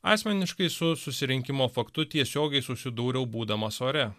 asmeniškai su susirinkimo faktu tiesiogiai susidūriau būdamas ore